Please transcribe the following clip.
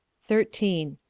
thirteen.